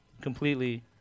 completely